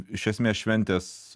iš esmės šventės